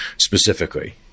specifically